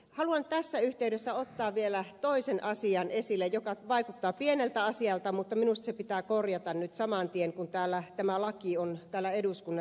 haluan tässä yhteydessä ottaa vielä toisen asian esille joka vaikuttaa pieneltä asialta mutta minusta se pitää korjata nyt saman tien kun täällä eduskunnassa tämä laki on auki